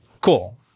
Cool